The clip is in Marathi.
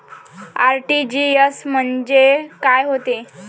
आर.टी.जी.एस म्हंजे काय होते?